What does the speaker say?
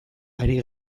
ari